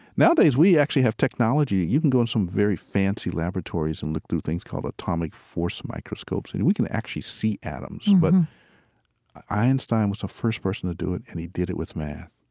nowadays, we actually have technology. you can go in some very fancy laboratories and look through things called atomic force microscopes and we can actually see atoms. but einstein was the first person to do it and he did it with math